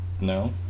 No